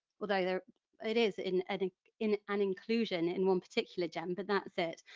although it is in an in an inclusion in one particular gem but that's it,